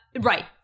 Right